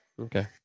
Okay